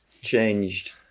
changed